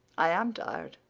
i am tired,